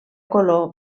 color